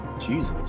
Jesus